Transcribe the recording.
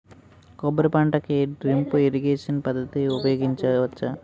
కొబ్బరి పంట కి డ్రిప్ ఇరిగేషన్ పద్ధతి ఉపయగించవచ్చా?